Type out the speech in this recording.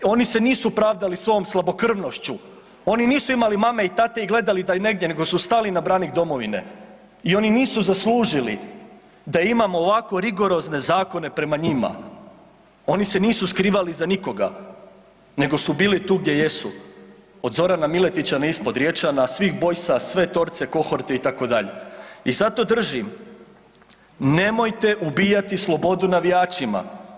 Oni se nisu pravdali svojom slabokrvnošću, oni nisu imali mame i tate i gledali da idu negdje nego su stali na branik domovine i oni nisu zaslužili da imamo ovako rigorozne zakone prema njima, oni se nisu skrivali iza nikoga nego su bili tu gdje jesu, od Zorana Miletića na ispod Riječana, svih boysa, sve Torce, Kohorte itd. i zato držim, nemojte ubijati slobodu navijačima.